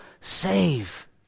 save